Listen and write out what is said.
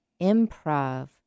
Improv